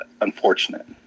unfortunate